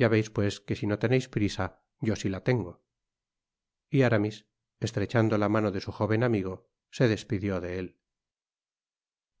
ya veis pues que si no teneis prisa yo si la tengo y aramis estrechando la mano de su jóven amigo se despidió de él